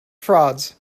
frauds